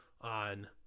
on